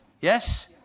Yes